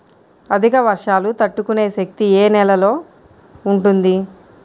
అధిక వర్షాలు తట్టుకునే శక్తి ఏ నేలలో ఉంటుంది?